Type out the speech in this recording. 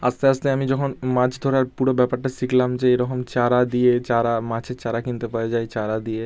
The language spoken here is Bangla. আস্তে আস্তে আমি যখন মাছ ধরার পুরো ব্যাপারটা শিখলাম যে এরকম চারা দিয়ে চারা মাছের চারা কিনতে পাওয়া যায় চারা দিয়ে